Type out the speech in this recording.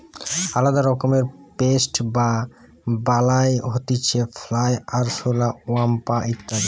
আলদা রকমের পেস্ট বা বালাই হতিছে ফ্লাই, আরশোলা, ওয়াস্প ইত্যাদি